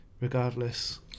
regardless